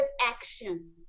action